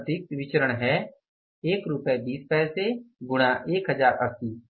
यह अतिरिक्त विचरण है 12 गुणा 1080